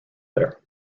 there